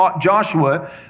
Joshua